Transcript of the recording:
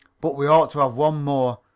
but we ought to have one more.